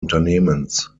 unternehmens